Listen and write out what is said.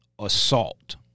assault